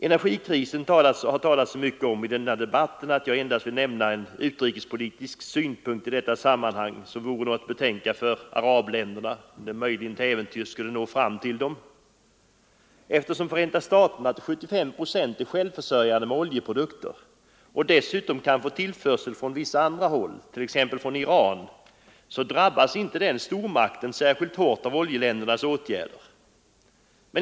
Energikrisen har det talats så mycket om i denna debatt att jag i detta sammanhang endast vill nämna den utrikespolitiska synpunkt, som vore värd att betänka för arabländerna, om den till äventyrs skulle nå fram till dem. Eftersom Förenta staterna till 75 procent är självförsörjande med oljeprodukter och dessutom kan få tillförsel från andra håll, t.ex. från Iran, drabbas inte den stormakten särskilt hårt av oljeländernas åtgärder.